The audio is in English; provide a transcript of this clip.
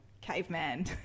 caveman